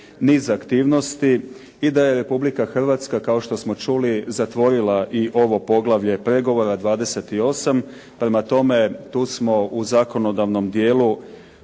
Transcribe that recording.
niz aktivnosti i da je Republika Hrvatska kao što smo čuli zatvorila i ovo poglavlje pregovora 28. Prema tome, tu smo u zakonodavnom dijelu